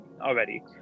already